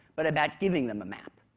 but about giving them a map.